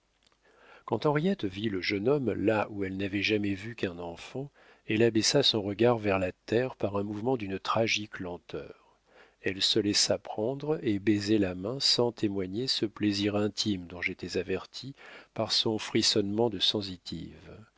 quand henriette vit le jeune homme là où elle n'avait jamais vu qu'un enfant elle abaissa son regard vers la terre par un mouvement d'une tragique lenteur elle se laissa prendre et baiser la main sans témoigner ce plaisir intime dont j'étais averti par son frisonnement de sensitive